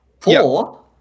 Four